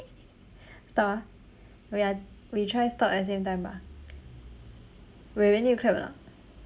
stop ah wait ah we try stop at the same time bah wait we need to clap or not